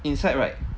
inside right